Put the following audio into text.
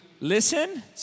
listen